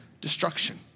destruction